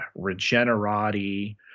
Regenerati